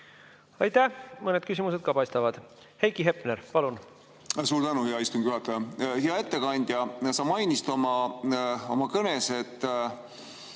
Aitäh! Mõned küsimused ka paistavad. Heiki Hepner, palun! Suur tänu, hea istungi juhataja! Hea ettekandja! Sa mainisid oma kõnes, et